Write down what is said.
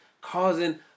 causing